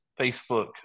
Facebook